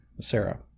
sarah